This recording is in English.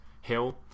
Hill